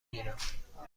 گیرم